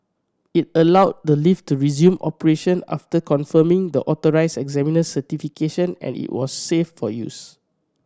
it allowed the lift to resume operation after confirming the authorised examiner's certification and it was safe for use